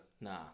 Nah